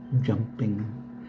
Jumping